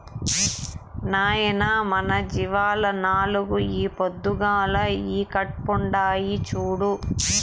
నాయనా మన జీవాల్ల నాలుగు ఈ పొద్దుగాల ఈకట్పుండాయి చూడు